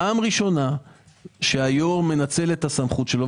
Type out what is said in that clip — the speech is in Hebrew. פעם ראשונה שהיו"ר מנצל את הסמכות שלו.